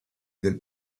del